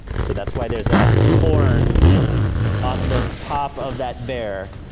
so that's why there's a horn on the top of that bear.